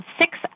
six